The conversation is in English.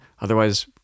Otherwise